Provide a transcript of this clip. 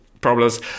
problems